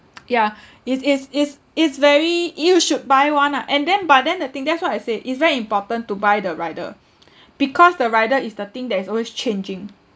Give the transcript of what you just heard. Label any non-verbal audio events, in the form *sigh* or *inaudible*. *noise* ya is is is is very you should buy one ah and then but then the thing that's why I say it's very important to buy the rider *noise* because the rider is the thing that is always changing